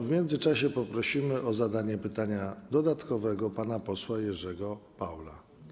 W międzyczasie poprosimy o zadanie pytania dodatkowego pana posła Jerzego Paula.